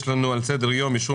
אני מתכבד לפתוח את ישיבת הוועדה.